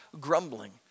grumbling